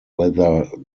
whether